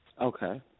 Okay